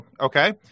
Okay